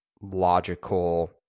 logical